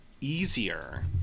easier